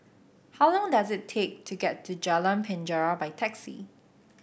how long does it take to get to Jalan Penjara by taxi